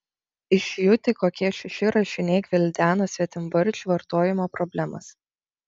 iš jų tik kokie šeši rašiniai gvildena svetimvardžių vartojimo problemas